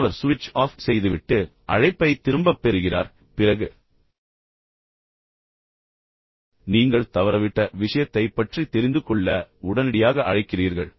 மற்றவர் சுவிட்ச் ஆஃப் செய்துவிட்டு அழைப்பைத் திரும்பப் பெறுகிறார் பிறகு நீங்கள் தவறவிட்ட விஷயத்தைப் பற்றித் தெரிந்துகொள்ள உடனடியாக அழைக்கிறீர்கள்